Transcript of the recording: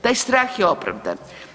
Taj strah je opravdan.